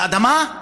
אבל אדמה,